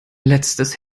letztes